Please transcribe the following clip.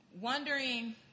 wondering